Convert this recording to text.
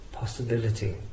possibility